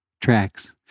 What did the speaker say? tracks